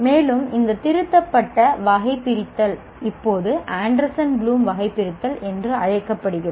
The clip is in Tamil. மேலும் இந்த திருத்தப்பட்ட வகைபிரித்தல் இப்போது ஆண்டர்சன் ப்ளூம் வகைபிரித்தல் என அழைக்கப்படுகிறது